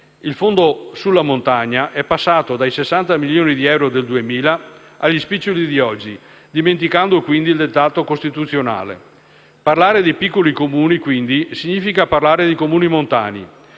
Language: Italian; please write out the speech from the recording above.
il Fondo sulla montagna è passato dai 60 milioni di euro del 2000 agli spiccioli di oggi, dimenticando quindi il dettato costituzionale. Parlare di piccoli Comuni, quindi, significa parlare di Comuni montani;